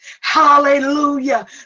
Hallelujah